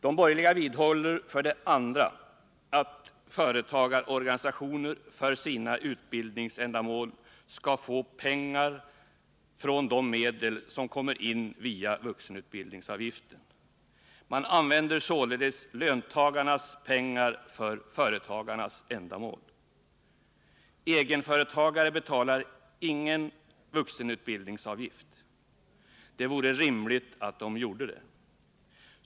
De borgerliga vidhåller för det andra att företagarorganisationerna för sina utbildningsändamål skall få pengar från de medel som kommer in via vuxenutbildningsavgiften. Man använder således löntagarnas pengar för företagarnas ändamål. Egenföretagarna betalar ingen vuxenutbildningsavgift. Det vore rimligt att de gjorde det.